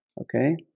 Okay